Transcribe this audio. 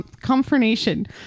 Confirmation